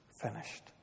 finished